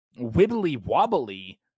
wibbly-wobbly